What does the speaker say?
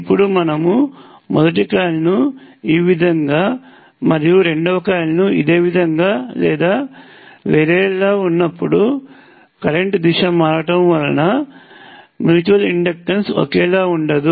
ఇప్పుడు మనము మొదటి కాయిల్ ను ఈ విధంగా మరియు రెండవ కాయిల్ ను ఇదే విధంగా లేదా వేరేలా ఉన్నపుడు కరెంట్ దిశ మారటం వలన మ్యూచువల్ ఇండక్టెన్స్ ఒకేలా ఉండదు